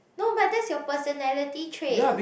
no but that's your personality trait